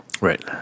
Right